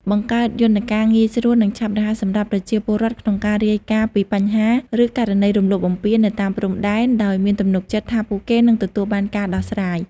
បង្កើតយន្តការងាយស្រួល និងឆាប់រហ័សសម្រាប់ប្រជាពលរដ្ឋក្នុងការរាយការណ៍ពីបញ្ហា ឬករណីរំលោភបំពាននៅតាមព្រំដែន ដោយមានទំនុកចិត្តថាពួកគេនឹងទទួលបានការដោះស្រាយ។